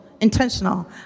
intentional